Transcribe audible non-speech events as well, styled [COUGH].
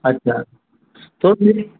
अच्छा [UNINTELLIGIBLE]